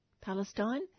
Palestine